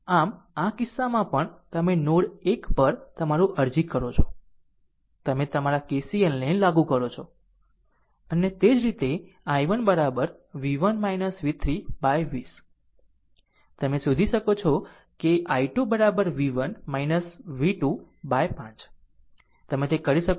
આમ આ કિસ્સામાં પણ તમે નોડ 1 પર તમારું અરજી કરો છો તમે તમારા KCLને લાગુ કરો છો અને તે જ રીતે i1 v1 v 3 by 20 તમે શોધી શકો છો i2 v1 v2 by 5 તમે તે કરી શકો છો તે જ રીતે i3 ફરે છે